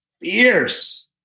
fierce